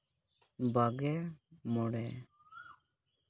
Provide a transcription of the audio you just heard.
ᱵᱟᱜᱮ ᱢᱚᱬᱮ